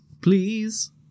Please